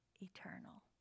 Eternal